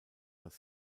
das